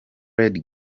lady